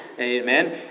amen